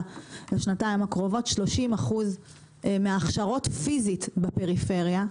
לשנתיים הקרובות 30% מההכשרות פיזית בפריפריה,